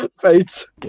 fates